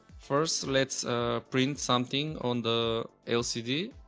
first let's print something on the lcd